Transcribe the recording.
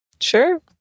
sure